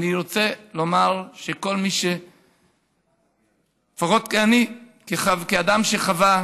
אני רוצה לומר, לפחות אני, כאדם, חוויתי